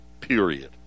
Period